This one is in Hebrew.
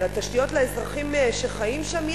תשתיות לאזרחים שחיים שם,